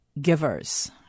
givers